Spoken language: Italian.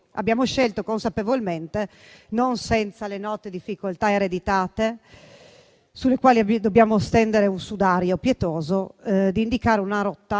Abbiamo scelto consapevolmente, non senza le note difficoltà ereditate, sulle quali dobbiamo stendere un sudario pietoso, di indicare una rotta